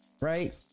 right